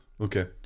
Okay